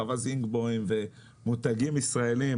חווה זינגבויים ומותגים ישראלים